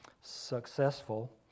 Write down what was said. successful